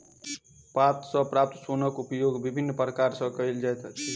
पात सॅ प्राप्त सोनक उपयोग विभिन्न प्रकार सॅ कयल जाइत अछि